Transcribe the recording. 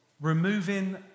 removing